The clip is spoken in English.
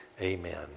Amen